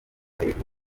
hejuru